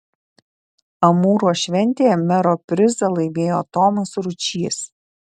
amūro šventėje mero prizą laimėjo tomas ručys